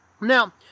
Now